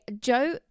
Joe